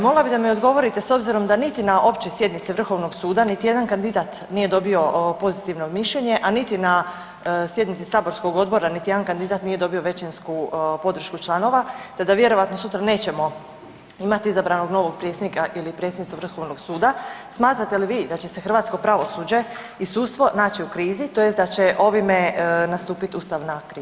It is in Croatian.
Molila bi da mi odgovorite s obzirom da niti na općoj sjednici Vrhovnog suda niti jedan kandidat nije dobio pozitivno mišljenje, a niti na sjednici saborskog odbora niti jedan kandidat nije dobio većinsku podršku članova, te da vjerojatno sutra nećemo imati izabranog novog predsjednika ili predsjednicu Vrhovnog suda smatrate li vi da će se hrvatsko pravosuđe i sudstvo naći u krizi, tj. da će ovime nastupiti ustavna kriza?